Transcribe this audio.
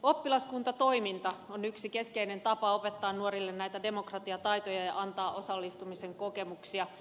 oppilaskuntatoiminta on yksi keskeinen tapa opettaa nuorille näitä demokratiataitoja ja antaa osallistumisen kokemuksia